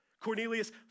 Cornelius